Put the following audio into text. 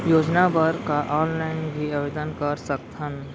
योजना बर का ऑनलाइन भी आवेदन कर सकथन?